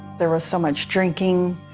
there was so much drinking.